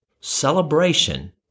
celebration